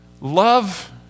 love